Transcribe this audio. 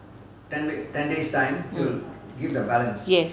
yes